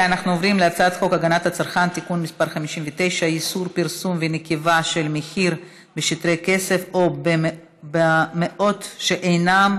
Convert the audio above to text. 11 חברי כנסת בעד, אין מתנגדים, אין נמנעים.